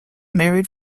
married